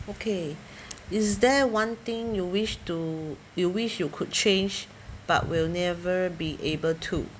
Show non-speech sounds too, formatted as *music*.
okay *breath* is there one thing you wish to you wish you could change but will never be able to